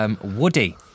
Woody